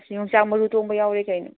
ꯌꯣꯡꯆꯥꯛ ꯃꯔꯨ ꯑꯇꯣꯡꯕ ꯌꯥꯎꯋꯦ ꯀꯩꯅꯣ